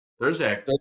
Thursday